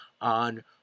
on